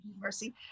Mercy